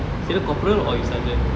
is either corporal or you sergeant